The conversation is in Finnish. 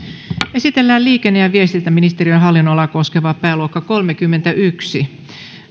esitellään liikenne ja viestintäministeriön hallinnonalaa koskeva pääluokka kolmekymmentäyksi